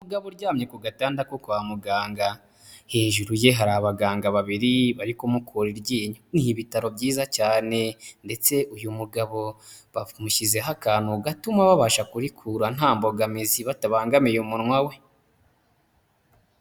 Umugabo uryamye ku gatanda ko kwa muganga, hejuru ye hari abaganga babiri bari kumukura iryinyo, ni ibitaro byiza cyane ndetse uyu mugabo bamushyizeho akantu gatuma babasha kurikura nta mbogamizi batabangamiye umunwa we.